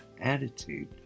attitude